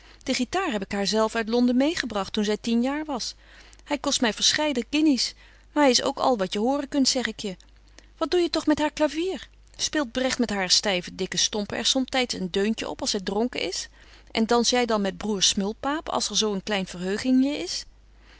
de guitar heb ik haar zelf uit londen meêgebragt toen zy tien jaar was hy kost my verscheide guinees maar hy is ook al wat je horen kunt zeg ik je wat doe je toch met haar clavier speelt bregt met haar styve dikke stompen er somtyds eens een deuntje op als zy dronken is en dans jy dan met broêr smulpaap als er zo een klein verheugingje is